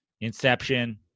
Inception